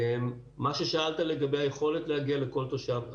מה ששאלת לגבי היכולת להגיע לכל תושב.